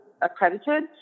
accredited